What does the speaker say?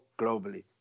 globally